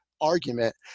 argument